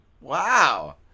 Wow